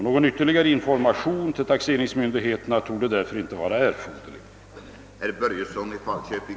Någon ytterligare information till taxeringsmyndigheterna torde inte vara erforderlig.